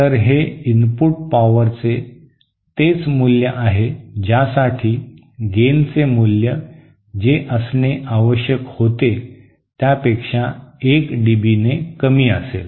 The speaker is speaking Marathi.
तर हे इनपुट पॉवरचे तेच मूल्य आहे ज्यासाठी गेनचे मूल्य जे असणे आवश्यक होते त्यापेक्षा 1 डीबी ने कमी असेल